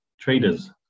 traders